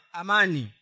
amani